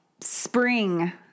spring